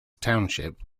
township